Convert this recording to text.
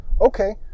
Okay